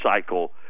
cycle